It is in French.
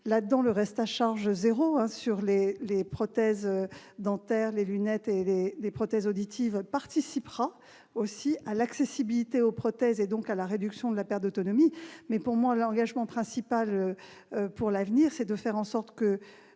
englobe le reste à charge zéro sur les prothèses dentaires, les lunettes et les prothèses auditives, qui participera à l'accessibilité aux prothèses et donc à la réduction de la perte d'autonomie. Pour moi, l'engagement principal pour l'avenir, c'est de faire en sorte que